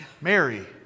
Mary